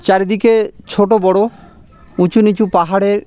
চারিদিকে ছোটো বড় উঁচু নিচু পাহাড়ের